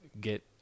get